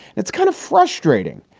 it's kind of frustrating.